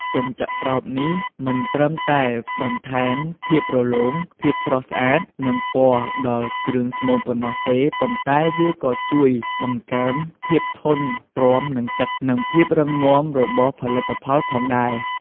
កញ្ចក់ស្រោបនេះ មិនត្រឹមតែបន្ថែមភាពរលោង ភាពស្រស់ស្អាត និងពណ៌ដល់គ្រឿងស្មូនប៉ុណ្ណោះទេ ប៉ុន្តែវាក៏ជួយបង្កើនភាពធន់ទ្រាំនឹងទឹក និងភាពរឹងមាំរបស់ផលិតផលផងដែរ។